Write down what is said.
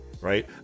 right